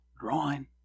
drawing